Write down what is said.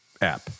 app